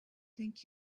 thank